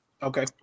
Okay